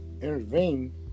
Intervene